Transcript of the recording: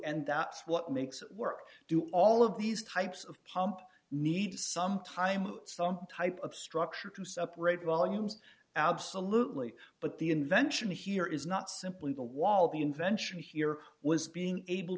and that's what makes it work do all of these types of pump need some time of some type of structure to separate volumes absolutely but the invention here is not simply the wall the invention here was being able